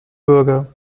bürger